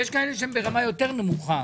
יש כאלה שהם ברמה יותר נמוכה